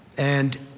and